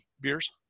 beers